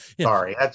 Sorry